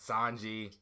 Sanji